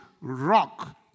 rock